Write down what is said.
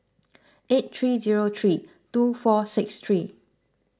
eight three zero three two four six three